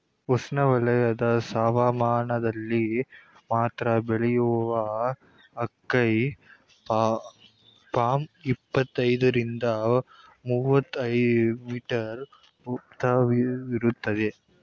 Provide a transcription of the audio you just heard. ಉಷ್ಣವಲಯದ ಹವಾಮಾನದಲ್ಲಿ ಮಾತ್ರ ಬೆಳೆಯುವ ಅಕೈ ಪಾಮ್ ಇಪ್ಪತ್ತೈದರಿಂದ ಮೂವತ್ತು ಮೀಟರ್ ಉದ್ದವಿರ್ತದೆ